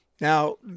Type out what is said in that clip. Now